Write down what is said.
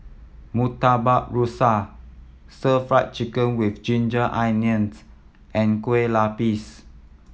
Murtabak Rusa Stir Fry Chicken with ginger onions and Kueh Lapis